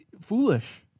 foolish